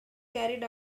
carried